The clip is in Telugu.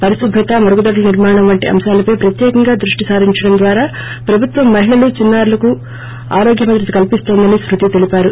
పరిశుభ్రత మరుగుదొడ్ల నిర్మాణం వంటి అంశాలపై ప్రత్యేకంగా దృష్లి సారించడం ద్వారా ప్రభుత్వం మహిళలు పిల్లలకు ఆరోగ్య భద్రత కల్సిన్తోందని స్కృతి తెలిపారు